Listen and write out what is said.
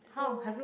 so